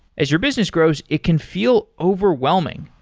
as your business grows, it can feel overwhelming.